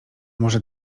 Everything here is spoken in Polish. może